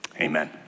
amen